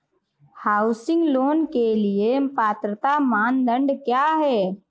Housing loan के लिए पात्रता मानदंड क्या हैं?